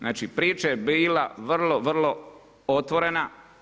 Znači priča je bila vrlo, vrlo otvorena.